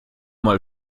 mal